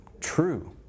True